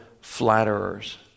flatterers